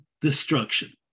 destruction